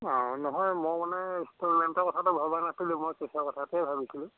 অ নহয় মই মানে ইনষ্টলমেণ্টৰ কথাটো ভবা নাছিলোঁ মই কেচৰ কথাটোৱেই ভাবিছিলোঁ